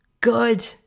good